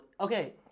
okay